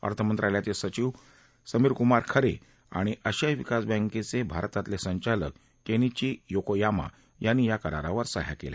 अर्थमंत्रालयाचे अतिरिक्त सचिव समीरकुमार खरे आणि आशियाई विकास बँकेचे भारतातले संचालक केनिची योकोयामा यांनी या करारांवर सह्या केल्या